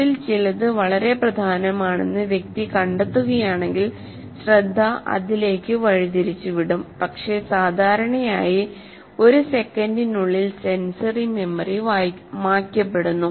അതിൽ ചിലത് വളരെ പ്രധാനമാണെന്ന് വ്യക്തി കണ്ടെത്തുകയാണെങ്കിൽ ശ്രദ്ധ അതിലേക്ക് വഴിതിരിച്ചുവിടും പക്ഷേ സാധാരണയായി ഒരു സെക്കൻഡിനുള്ളിൽ സെൻസറി മെമ്മറി മായ്ക്കപ്പെടുന്നു